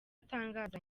atangaza